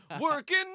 working